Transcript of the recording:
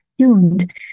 tuned